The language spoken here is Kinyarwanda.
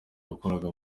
wakoraga